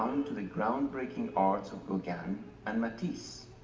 to the ground-breaking arts of gauguin and matisse,